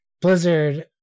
Blizzard